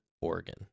Oregon